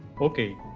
Okay